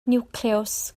niwclews